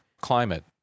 climate